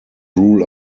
rule